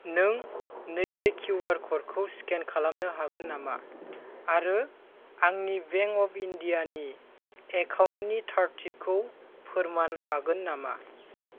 नों नैबे QR code खौ स्केन खलामनो हागोन नामा आरो आंनि बेंक अफ इन्डियानि एकाउन्ट नि थारथिखौ फोरमान हागोन नामा